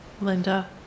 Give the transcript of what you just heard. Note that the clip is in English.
Linda